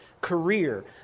career